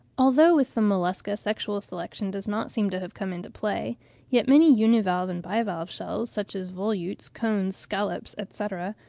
although with the mollusca sexual selection does not seem to have come into play yet many univalve and bivalve shells, such as volutes, cones, scallops, etc,